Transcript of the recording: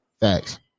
facts